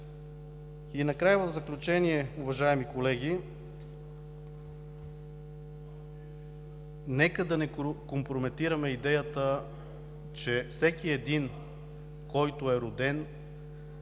време. В заключение, уважаеми колеги, нека да не компрометираме идеята, че всеки един, който е роден